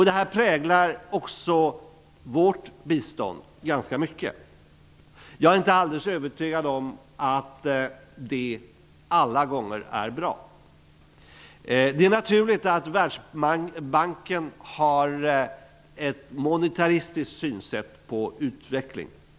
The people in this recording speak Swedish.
Detta präglar också vårt bistånd ganska mycket. Jag är inte alldeles övertygad om att det alla gånger är bra. Det är naturligt att Världsbanken har ett monetaristiskt synsätt på utveckling.